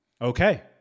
Okay